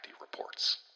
reports